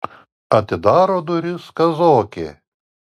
atidaro duris kazokė